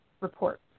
reports